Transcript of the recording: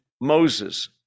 Moses